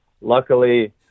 Luckily